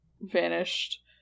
vanished